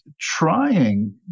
trying